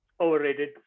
Overrated